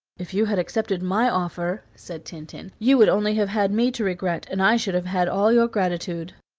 if you had accepted my offer, said tintin, you would only have had me to regret, and i should have had all your gratitude.